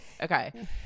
Okay